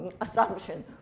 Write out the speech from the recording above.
Assumption